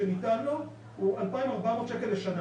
שניתן לו הוא 2,400 שקל לשנה